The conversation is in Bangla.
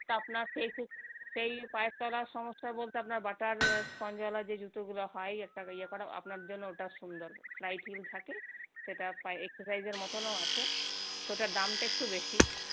তা আপনার সেই সেই পায়ের তলার সমস্যা বলতে আপনার বাটার স্পঞ্জওয়ালা যে জুতোগুলো হয় একটা ইয়ে করা আপনার জন্য ওটা সুন্দর স্লাইট হিল থাকে সেটা পায়ে এক্সরসাইজয়ের মতোও আছে তো ওটার দামটা একটু বেশি